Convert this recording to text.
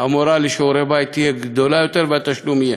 המורה לשיעורי בית תהיה גדולה יותר, והתשלום יהיה.